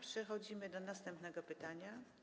Przechodzimy do następnego pytania.